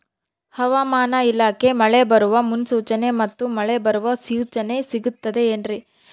ಹವಮಾನ ಇಲಾಖೆ ಮಳೆ ಬರುವ ಮುನ್ಸೂಚನೆ ಮತ್ತು ಮಳೆ ಬರುವ ಸೂಚನೆ ಸಿಗುತ್ತದೆ ಏನ್ರಿ?